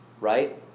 right